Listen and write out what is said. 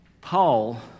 Paul